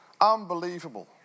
Unbelievable